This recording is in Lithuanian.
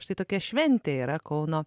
štai tokia šventė yra kauno